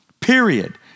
period